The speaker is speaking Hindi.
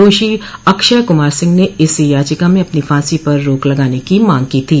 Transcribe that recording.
दोषी अक्षय कुमार सिंह ने इस याचिका में अपनी फांसी पर रोक लगाने की मांग की थी